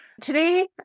Today